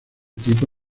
tipo